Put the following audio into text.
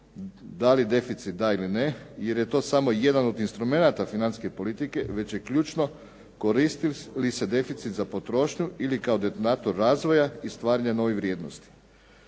da li deficit da ili ne jer je to samo jedan od instrumenata financijske politike, već je ključno koristi li se deficit za potrošnju ili kao detonator razvoja i stvaranja novih vrijednosti.